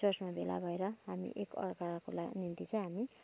चर्चमा भेला भएर हामी एकाअर्काको निम्ति चाहिँ हामी